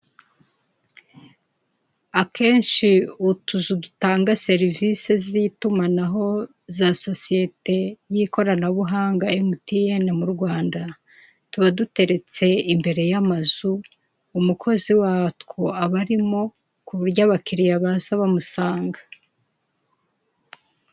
Akenshi, utuzu dutanga serivise z'itumanaho za sosiyete y'ikoranabuhanga MTN mu Rwanda tuba duteretse imbere y'amazu; umukozi watwo aba arimo ku buryo abakiliya baza bamusanga.